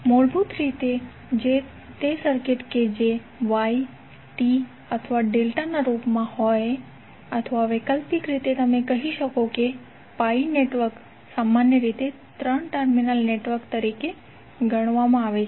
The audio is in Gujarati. મૂળભૂત રીતે તે સર્કિટ કે જે Y અથવા T અથવા ડેલ્ટાના રૂપમાં હોય અથવા વૈકલ્પિક રીતે તમે કહી શકો કે π નેટવર્ક સામાન્ય રીતે 3 ટર્મિનલ નેટવર્ક તરીકે ગણવામાં આવે છે